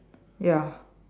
ya